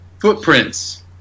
Footprints